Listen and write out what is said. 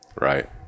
Right